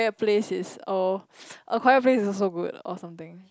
place is all acquire place is also good or something